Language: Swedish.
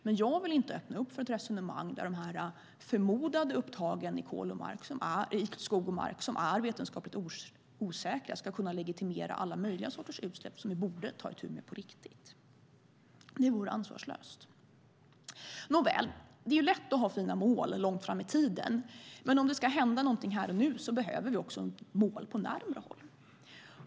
Men jag vill inte öppna för ett resonemang där de förmodade upptagen i skog och mark, som är vetenskapligt osäkra, ska kunna legitimera alla möjliga sorters utsläpp som vi borde ta itu med på riktigt. Det vore ansvarslöst. Nåväl - det är lätt att ha fina mål långt fram i tiden. Men om det ska hända någonting här och nu behöver vi också ha mål på närmare håll.